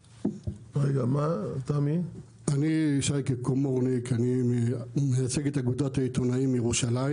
אני שייקה קומורניק אני מייצג את אגודת העיתונאים מירושלים